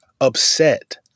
upset